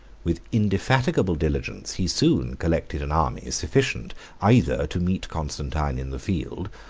with indefatigable diligence he soon collected an army sufficient either to meet constantine in the field,